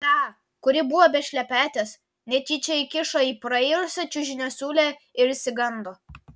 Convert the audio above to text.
tą kuri buvo be šlepetės netyčia įkišo į prairusią čiužinio siūlę ir išsigando